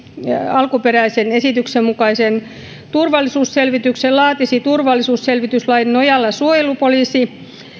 alkuperäisen esityksen mukaisen turvallisuusselvityksen laatisi turvallisuusselvityslain nojalla suojelupoliisi